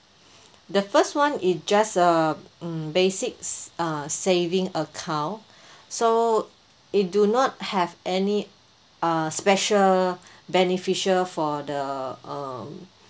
the first one is just uh um basics uh saving account so it do not have any uh special beneficial for the um